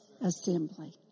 assembly